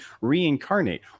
reincarnate